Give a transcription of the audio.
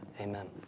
amen